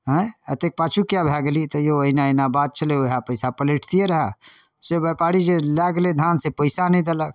अँए एतेक पाछू किएक भऽ गेलही तऽ यौ एना एना बात छलै वएह पइसा पलटितिए रहै से बेपारी जे लऽ गेलै धान से पइसा नहि देलक